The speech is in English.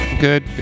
good